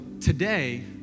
today